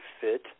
fit